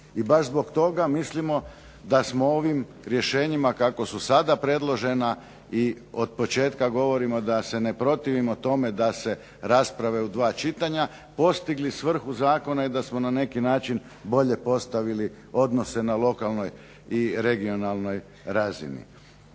I baš zbog toga mislimo da smo ovim rješenjima kako su sada predložena i od početka govorimo da se ne protivimo tome da se rasprave u dva čitanja, postigli svrhu zakona i da smo na neki način bolje postavili odnose na lokalnoj i regionalnoj razini.